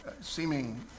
seeming